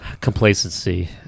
complacency